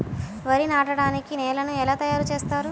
వరి నాటడానికి నేలను ఎలా తయారు చేస్తారు?